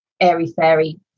airy-fairy